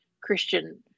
Christian